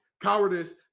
Cowardice